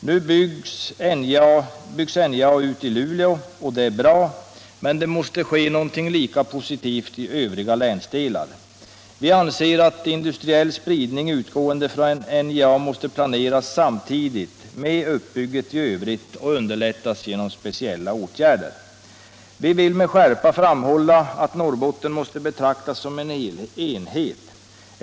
Nu byggs NJA ut i Luleå, och det är bra, men det måste ske någonting lika positivt i övriga länsdelar. Vi anser att industriell spridning, utgående från NJA, måste planeras samtidigt med uppbygget i övrigt och underlättas genom speciella åtgärder. Vi vill med skärpa framhålla att Norrbotten måste betraktas som en enhet.